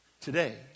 today